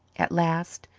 at last,